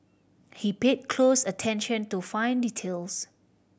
he paid close attention to fine details